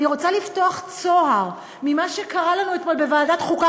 אני רוצה לפתוח צוהר למה שקרה לנו אתמול בוועדת החוקה,